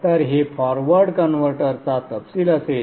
तर हे forward converter चा तपशील असेल